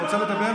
אתה רוצה לדבר?